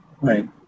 Right